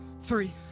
three